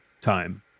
time